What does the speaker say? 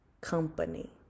company